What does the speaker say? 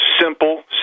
simple